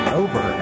over